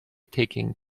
taking